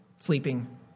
sleeping